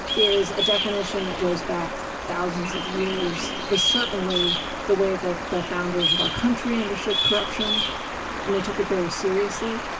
is a definition that goes back thousands of years. was certainly the way that the founders of our country understood corruption and they took it very seriously.